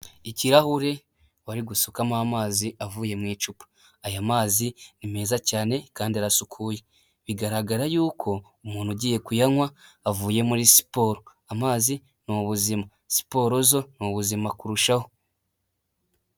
Ikirahuri bari gusukamo amazi avuye mu icupa. aya mazi ni meza cyane kandi arasukuye. Bigaragara yuko umuntu ugiye kuyanywa avuye muri siporo. Amazi ni uzima. Siporo zo ni ubuzima kurushaho.